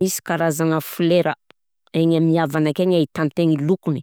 Misy karazagna folera, egny amin'ny havagna akegny ahitan-tegna i lokony,